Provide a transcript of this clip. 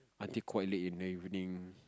until quite late in the evening